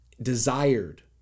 desired